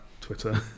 Twitter